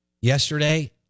yesterday